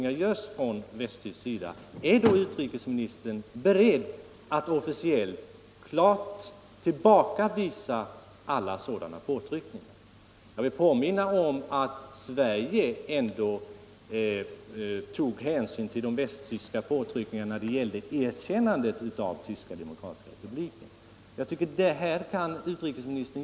De anställdas representanter i varvets styrelse har pekat på detta behov av investeringar men har inte vunnit gehör för sina synpunkter. I anledning av hotet om en nedgång i sysselsättningen och därmed ökad otrygghet för de anställda vill jag ställa följande frågor till herr industriministern: Har regeringen ingående diskuterat åtgärder för att trygga sysselsätt ningen vid Eriksbergs varv och övrig privatägd varvsindustri?